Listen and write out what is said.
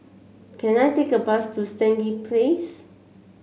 can I take a bus to Stangee Place